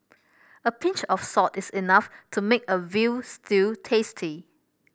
a pinch of salt is enough to make a veal stew tasty